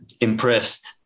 impressed